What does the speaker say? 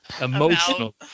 emotional